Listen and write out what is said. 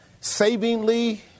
savingly